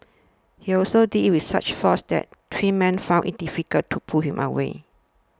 he also did it with such force that three men found it difficult to pull him away